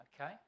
Okay